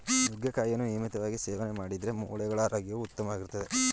ನುಗ್ಗೆಕಾಯಿಯನ್ನು ನಿಯಮಿತವಾಗಿ ಸೇವನೆ ಮಾಡಿದ್ರೆ ಮೂಳೆಗಳ ಆರೋಗ್ಯವು ಉತ್ತಮವಾಗಿರ್ತದೆ